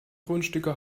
grundstücke